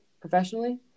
professionally